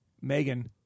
Megan